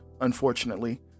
unfortunately